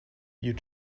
you